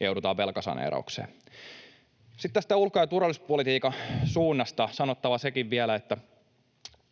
joudutaan velkasaneeraukseen. Sitten tästä ulko‑ ja turvallisuuspolitiikan suunnasta on sanottava sekin vielä, että